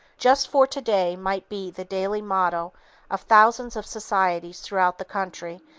just for today might be the daily motto of thousands of societies throughout the country,